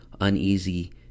uneasy